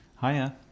Hiya